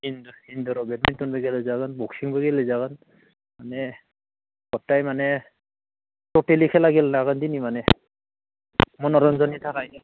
इन्दुर इन्दुरआव बेटमिनटनबो गेलेजागोन बक्सिंबो गेलेजागोन माने सप्ताहे माने ततेलि खेला गेलेनो हागोन दिनै मानि मनरन्जननि थाखाय